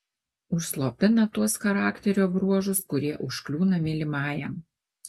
užslopina tuos charakterio bruožus kurie užkliūna mylimajam